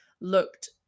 looked